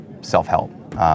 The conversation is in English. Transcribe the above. self-help